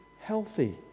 healthy